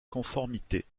conformité